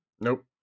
Nope